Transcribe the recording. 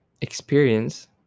experience